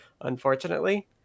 unfortunately